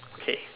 okay